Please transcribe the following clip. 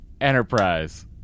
enterprise